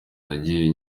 nagiye